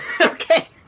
Okay